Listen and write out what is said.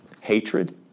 hatred